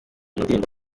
ndirimbo